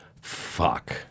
fuck